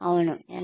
అవును ఎలా